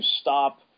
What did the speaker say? stop